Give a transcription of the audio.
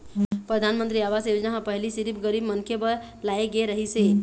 परधानमंतरी आवास योजना ह पहिली सिरिफ गरीब मनखे बर लाए गे रहिस हे